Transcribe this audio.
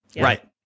Right